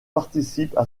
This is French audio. participent